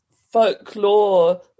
folklore